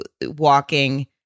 walking